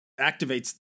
activates